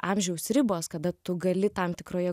amžiaus ribos kada tu gali tam tikroje